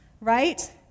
right